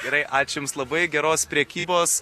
gerai ačiū jums labai geros prekybos